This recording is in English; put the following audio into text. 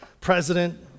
President